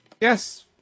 Yes